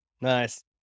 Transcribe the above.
Nice